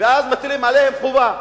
ואז מטילים עליהם חובה.